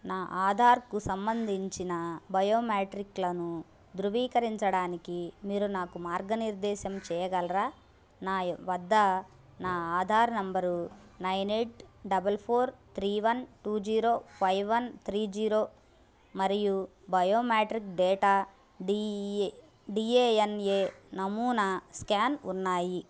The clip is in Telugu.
నా ఆధార్కు సంబంధించిన బయోమాట్రిక్లను ధృవీకరించడానికి మీరు నాకు మార్గనిర్దేశం చేయగలరా నా వద్ద నా Aadhaar number nine eight double four three one two zero five one three zero మరియు biometric data D E D A N A నమూనా స్కాన్ ఉన్నాయి